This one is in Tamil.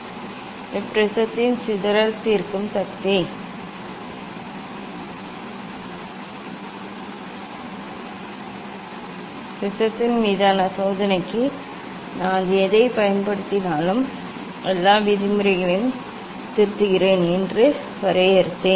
இவை ப்ரிஸத்தின் சிதறல் தீர்க்கும் சக்தி ப்ரிஸத்தின் மீதான சோதனைக்கு நான் எதைப் பயன்படுத்தினாலும் எல்லா விதிமுறைகளையும் திருத்துகிறேன் என்று வரையறுத்தேன்